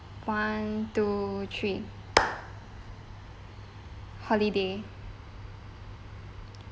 one two three holiday